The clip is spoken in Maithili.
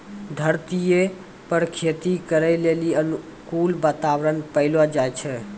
धरतीये पर खेती करै लेली अनुकूल वातावरण पैलो जाय छै